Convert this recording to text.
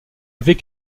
avait